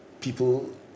people